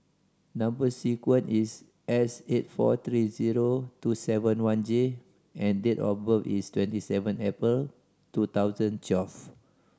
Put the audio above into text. number sequence is S eight four three zero two seven one J and date of birth is twenty seven April two thousand twelve